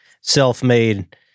self-made